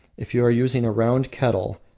if you are using a round kettle,